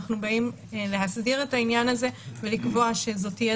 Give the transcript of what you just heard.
אנחנו באים להסדיר את העניין הזה ולקבוע שזו תהיה